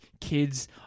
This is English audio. kids